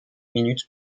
minute